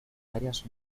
varias